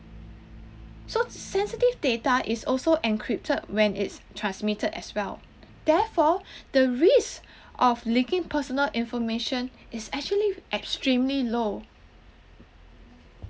so sensitive data is also encrypted when it's transmitted as well therefore the risk of leaking personal information is actually extremely low